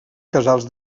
casals